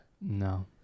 no